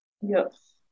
Yes